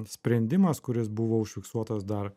sprendimas kuris buvo užfiksuotas dar